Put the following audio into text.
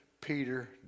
Peter